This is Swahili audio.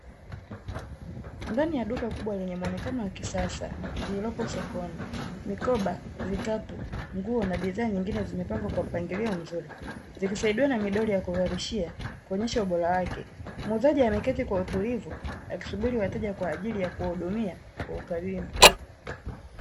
Ndani ya duka kubwa lenye maonekano wa kisasa lililopo sokoni, mikoba, vikapu, nguo na bidhaa nyingine zimepangwa kwa mpangilio mzuri. Zikisaidiwa na midori ya kuvalishia, kuonyesha ubora wake, muuzaji ameketi kwa utulivu akisubiri wateja kwa ajili ya kuwadumia kwa ukarimu.